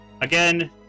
again